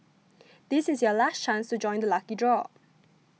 this is your last chance to join the lucky draw